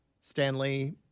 Stanley